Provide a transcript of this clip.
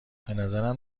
بنظرم